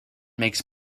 makes